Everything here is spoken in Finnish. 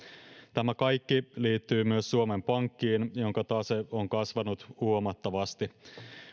tämä kaikki liittyy myös suomen pankkiin jonka tase on kasvanut huomattavasti